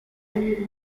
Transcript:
ibi